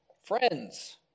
Friends